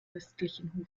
fürstlichen